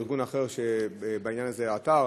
ארגון אחר שבעניין הזה עתר,